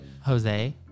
Jose